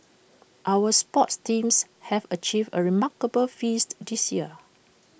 our sports teams have achieved remarkable feats this year